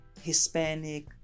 hispanic